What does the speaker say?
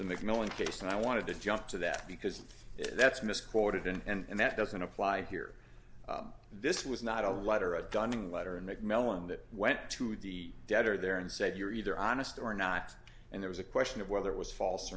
the mcmillan case and i wanted to jump to that because that's misquoted and that doesn't apply here this was not a letter of gunning letter and macmillan that went to the debtor there and said you're either honest or not and there was a question of whether it was false